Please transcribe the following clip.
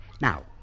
Now